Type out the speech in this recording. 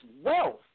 wealth